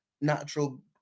natural